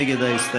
מי נגד ההסתייגות?